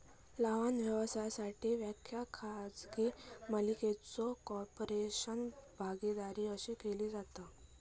लहान व्यवसायाची व्याख्या खाजगी मालकीचो कॉर्पोरेशन, भागीदारी अशी केली जाता